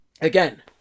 again